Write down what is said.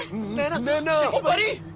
naina! and